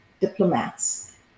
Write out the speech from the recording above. diplomats